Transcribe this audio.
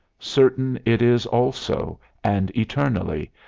certain it is also, and eternally,